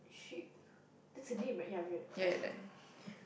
she that's her name right yeah yeah we are correct